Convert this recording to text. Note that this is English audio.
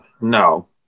no